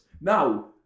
Now